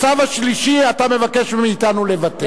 הצו השלישי, אתה מבקש מאתנו לבטל.